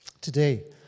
Today